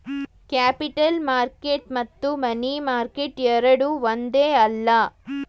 capital market ಮತ್ತು money market ಎರಡೂ ಒಂದೇ ಅಲ್ಲ